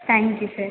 thank you sir